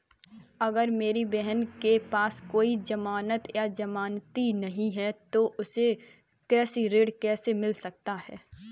अगर मेरी बहन के पास कोई जमानत या जमानती नहीं है तो उसे कृषि ऋण कैसे मिल सकता है?